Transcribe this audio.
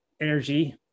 energy